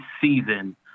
season